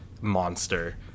monster